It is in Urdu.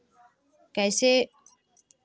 کیسے